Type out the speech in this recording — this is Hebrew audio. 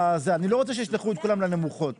אני לא רוצה שישלחו את כולם למשרות הנמוכות.